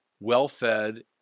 well-fed